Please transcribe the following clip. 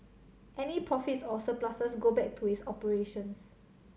any profits or surpluses go back to its operations